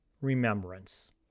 remembrance